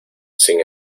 sin